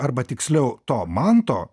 arba tiksliau to manto